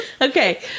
okay